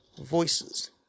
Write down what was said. Voices